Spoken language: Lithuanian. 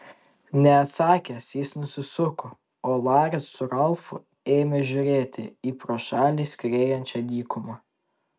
neatsakęs jis nusisuko o laris su ralfu ėmė žiūrėti į pro šalį skriejančią dykumą